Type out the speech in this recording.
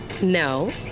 No